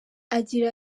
agira